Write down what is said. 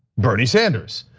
bernie sanders,